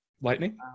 Lightning